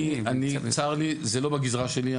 צר לי, זה לא בגזרה שלי.